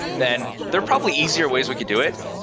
then there are probably easier ways we could do it.